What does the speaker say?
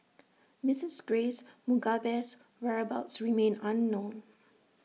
Mrs grace Mugabe's whereabouts remain unknown